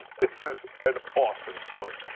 this is an awesome story.